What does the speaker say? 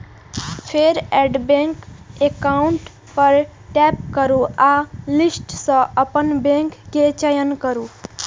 फेर add bank account पर tap करू आ लिस्ट सं अपन बैंक के चयन करू